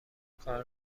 کار